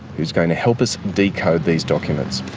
who's going to help us decode these documents.